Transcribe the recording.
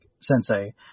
sensei